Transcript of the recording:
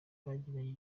bagiranye